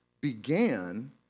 began